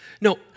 No